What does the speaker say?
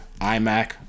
iMac